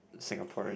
Singaporean